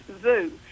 Zoo